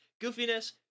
goofiness